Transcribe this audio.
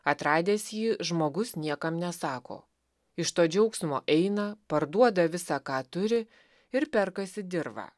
atradęs jį žmogus niekam nesako iš to džiaugsmo eina parduoda visa ką turi ir perkasi dirvą